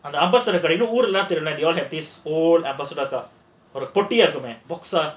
and the you all have this old episode தொட்டியாகுமே:thottiyagume